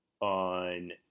on